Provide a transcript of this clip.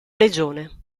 legione